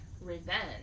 revenge